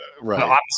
Right